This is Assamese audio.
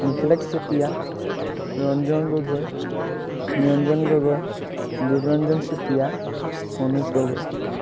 নিখিলেখ চেতিয়া ৰঞ্জন গগৈ নিৰঞ্জন গগৈ দেৱৰঞ্জন চুতীয়া মনোজ গগৈ